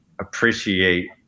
appreciate